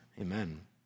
Amen